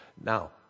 Now